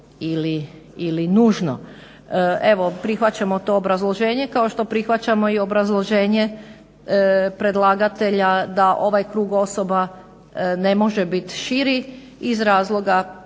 ili nužno. Evo prihvaćamo to obrazloženje, kao što prihvaćamo i obrazloženje predlagatelja da ovaj krug osoba ne može biti širi iz razloga